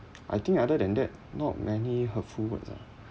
I think other than that not many hurtful words ah